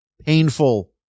painful